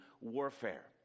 warfare